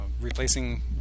replacing